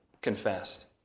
confessed